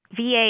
VA